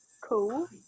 Cool